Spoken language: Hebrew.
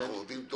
ייקח עורך דין,